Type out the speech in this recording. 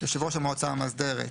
"יושב ראש המועצה המאסדרת"